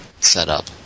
setup